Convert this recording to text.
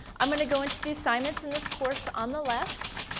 i am going to go into the assignments in this course on the left.